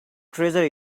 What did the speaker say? treasure